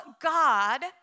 God